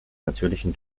natürlichen